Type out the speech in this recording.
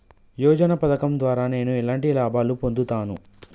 యోజన పథకం ద్వారా నేను ఎలాంటి లాభాలు పొందుతాను?